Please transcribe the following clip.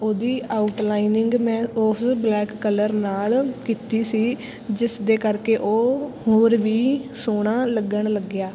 ਉਹਦੀ ਆਊਟਲਾਈਨਿੰਗ ਮੈਂ ਉਸ ਬਲੈਕ ਕਲਰ ਨਾਲ ਕੀਤੀ ਸੀ ਜਿਸ ਦੇ ਕਰਕੇ ਉਹ ਹੋਰ ਵੀ ਸੋਹਣਾ ਲੱਗਣ ਲੱਗਿਆ